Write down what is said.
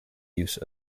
use